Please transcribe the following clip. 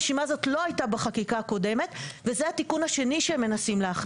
הרשימה הזאת לא הייתה בחקיקה הקודמת וזה התיקון השני שהם מנסים להכניס.